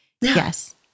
Yes